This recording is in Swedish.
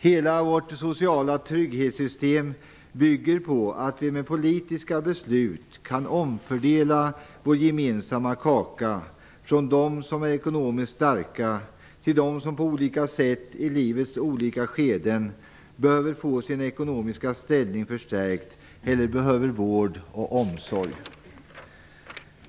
Hela vårt sociala trygghetssystem bygger på att vi med politiska beslut kan omfördela vår gemensamma kaka från dem som är ekonomiskt starka till dem som på olika sätt i livets olika skeden behöver få sin ekonomiska ställning förstärkt eller behöver vård och omsorg.